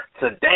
today